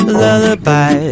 lullaby